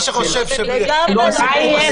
לגמרי לא.